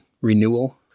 renewal